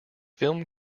film